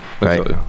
Right